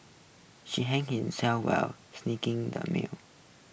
she hurt himself while slicing the meat